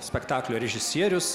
spektaklio režisierius